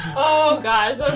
oh gosh,